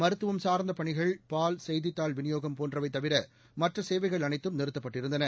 மருத்துவம் சார்ந்தப் பணிகள் பால் செய்தித்தாள் விநியோகம் போன்றவை தவிர மற்ற சேவைகள் அனைத்தும் நிறுத்தப்பட்டிருந்தன